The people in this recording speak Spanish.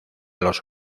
los